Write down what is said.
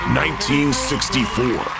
1964